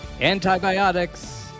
Antibiotics